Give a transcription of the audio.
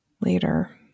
later